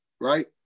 right